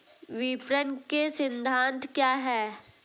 विपणन के सिद्धांत क्या हैं?